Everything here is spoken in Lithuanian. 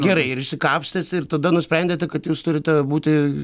gerai ir išsikapstęs ir tada nusprendėte kad jūs turite būti